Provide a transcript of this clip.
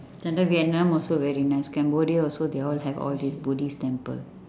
sometimes vietnam also very nice cambodia also they all have all this buddhist temple